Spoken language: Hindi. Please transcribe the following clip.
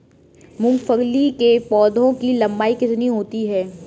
मूंगफली के पौधे की लंबाई कितनी होती है?